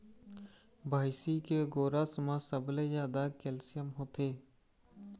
भइसी के गोरस म सबले जादा कैल्सियम होथे